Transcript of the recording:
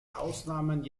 ausnahmen